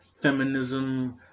feminism